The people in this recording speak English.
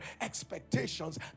expectations